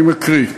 אני מקריא,